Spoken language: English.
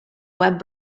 web